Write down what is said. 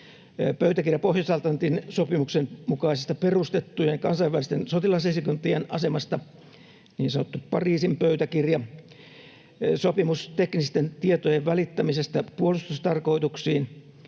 pöytäkirja Pohjois-Atlantin sopimuksen mukaisesta perustettujen kansainvälisten sotilasesikuntien asemasta eli niin sanottu Pariisin pöytäkirja; sopimus teknisten tietojen välittämisestä puolustustarkoituksiin;